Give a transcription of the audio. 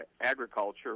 agriculture